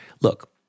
Look